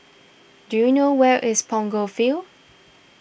do you know where is Punggol Field